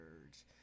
words